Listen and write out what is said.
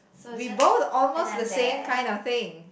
we both almost the same kind of thing